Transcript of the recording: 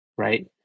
Right